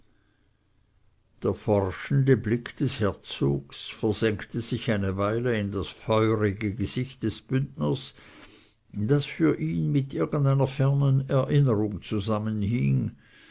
der forschende blick des herzogs versenkte sich eine weile in das feurige gesicht des bündners das für ihn mit irgendeiner fernen erinnerung zusammenhing